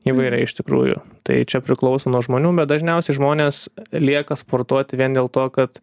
įvairiai iš tikrųjų tai čia priklauso nuo žmonių bet dažniausiai žmonės lieka sportuoti vien dėl to kad